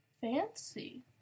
fancy